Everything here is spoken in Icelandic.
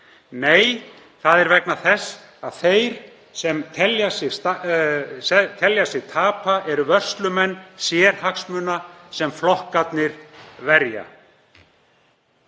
Nei, það er vegna þess að þeir sem telja sig tapa eru vörslumenn sérhagsmuna sem flokkarnir verja.